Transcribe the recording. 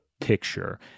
picture